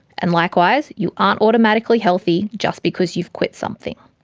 and likewise you aren't automatically healthy just because you've quit something.